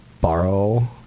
borrow